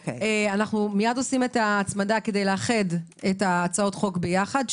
מייד נעשה את ההצמדה כדי לאחד את הצעות החוק ביחד,